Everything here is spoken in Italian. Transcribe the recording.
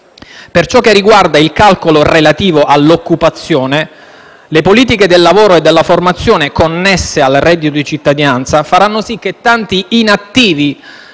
Per ciò che riguarda il calcolo relativo all'occupazione, le politiche del lavoro e della formazione connesse al reddito di cittadinanza faranno sì che tanti inattivi